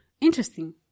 Interesting